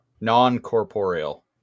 Non-corporeal